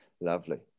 Lovely